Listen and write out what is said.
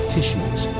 Tissues